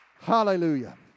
Hallelujah